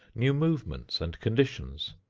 new movements and conditions.